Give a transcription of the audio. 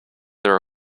their